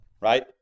right